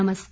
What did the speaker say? नमस्कार